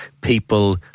people